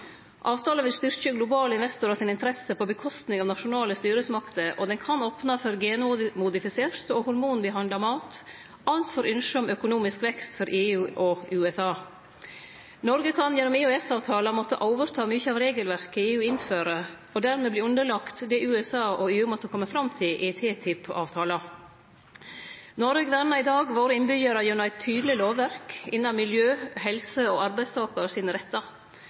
vil styrkje globale investorar sine interesser i staden for interessene til nasjonale styresmakter, og han kan opne for genmodifisert og hormonbehandla mat – ut frå ynsket om økonomisk vekst for EU og USA. Noreg kan gjennom EØS-avtalen måtte overta mykje av regelverket EU innfører, og dermed verte underlagd det USA og EU måtte kome fram til i TTIP-avtalen. Noreg vernar i dag sine innbyggjarar gjennom eit tydeleg lovverk innan miljø, helse og arbeidstakar sine rettar.